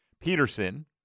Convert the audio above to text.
Peterson